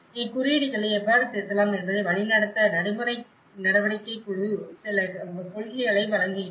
இக்குறியீடுகளை எவ்வாறு திருத்தலாம் என்பதை வழிநடத்த நடைமுறை நடவடிக்கைக் குழு சில கொள்கைகளை வழங்குகிறது